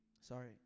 Sorry